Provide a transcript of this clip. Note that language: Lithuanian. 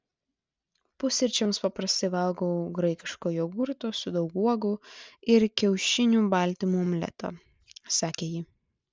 pusryčiams paprastai valgau graikiško jogurto su daug uogų ir kiaušinių baltymų omletą sakė ji